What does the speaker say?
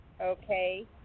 okay